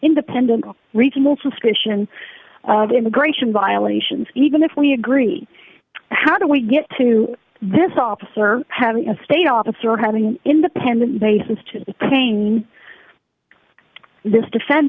independent regional suspicion of immigration violations even if we agree how do we get to this officer having a state officer having an independent basis to paint this defen